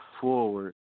forward